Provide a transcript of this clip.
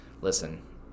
Listen